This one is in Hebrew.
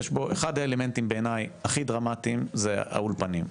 אחד האלמנטים בעניי הכי דרמטיים זה האולפנים,